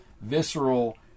visceral